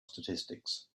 statistics